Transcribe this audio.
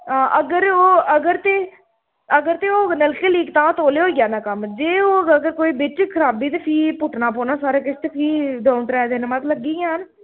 हां अगर ओह् अगर ते अगर ते होग नलके लीक तां तौले होई जाना कम्म जे होग अगर कोई बिच खराबी ते फ्ही पुट्टना पौना सारा किश ते फ्ही द'ऊं त्रै दिन मत लग्गी गै जान